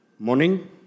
Morning